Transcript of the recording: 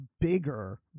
bigger